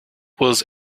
was